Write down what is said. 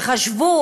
וחשבו,